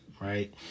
right